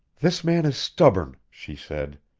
this man is stubborn, she said.